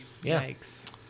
Yikes